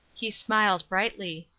he smiled brightly.